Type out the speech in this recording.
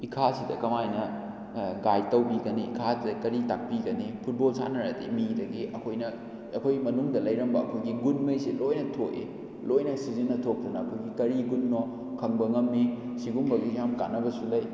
ꯏꯈꯥꯁꯤꯗ ꯀꯃꯥꯏꯅ ꯒꯥꯏꯗ ꯇꯧꯕꯤꯒꯅꯤ ꯏꯈꯥꯗ ꯀꯔꯤ ꯇꯥꯛꯄꯤꯒꯅꯤ ꯐꯨꯠꯕꯣꯜ ꯁꯥꯟꯅꯔꯗꯤ ꯃꯤꯗꯒꯤ ꯑꯩꯈꯣꯏꯅ ꯑꯩꯈꯣꯏ ꯃꯅꯨꯡꯗ ꯂꯩꯔꯝꯕ ꯑꯩꯈꯣꯏꯒꯤ ꯒꯨꯟꯉꯩꯁꯦ ꯂꯣꯏꯅ ꯊꯣꯛꯏ ꯂꯣꯏꯅ ꯁꯤꯖꯟꯅꯊꯣꯛꯇꯅ ꯑꯩꯈꯣꯏꯒꯤ ꯀꯔꯤ ꯒꯨꯟꯅꯣ ꯈꯪꯕ ꯉꯝꯃꯤ ꯁꯤꯒꯨꯝꯕꯒꯤ ꯌꯥꯝ ꯀꯥꯟꯅꯕꯁꯨ ꯂꯩ